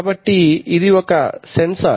కాబట్టి ఇది ఒక సెన్సార్